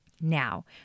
now